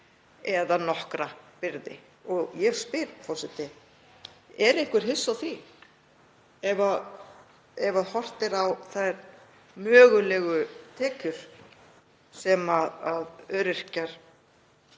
eða nokkra byrði. Og ég spyr, forseti: Er einhver hissa á því ef horft er á þær mögulegu tekjur sem öryrkjar